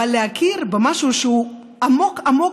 אבל להכיר במשהו שהוא עמוק עמוק,